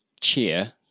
cheer